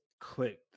clicked